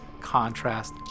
contrast